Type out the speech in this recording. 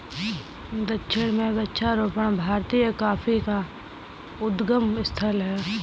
दक्षिण में वृक्षारोपण भारतीय कॉफी का उद्गम स्थल है